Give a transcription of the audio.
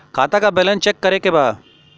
खाता का balance check करे के बा?